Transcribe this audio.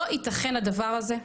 לא ייתכן הדבר הזה,